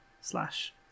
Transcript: slash